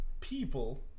people